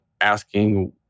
asking